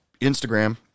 Instagram